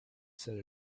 said